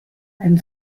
ein